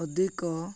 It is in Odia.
ଅଧିକ